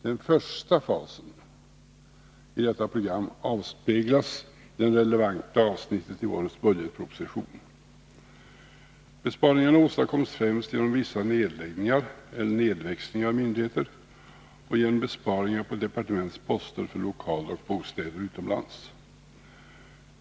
Den första fasen i detta besparingsprogram avspeglas i det relevanta avsnittet i årets budgetproposition. Besparingarna åstadkoms främst genom vissa nedläggningar, eller nedväxlingar, av myndigheter och genom besparingar på departementets poster för lokaler och bostäder utomlands.